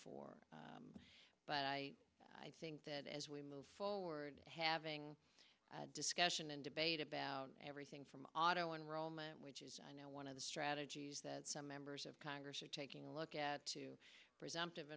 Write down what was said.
for but i think that as we move forward having discussion and debate about everything from auto enrollment which is i know one of the strategies that some members of congress are taking a look at to presumptive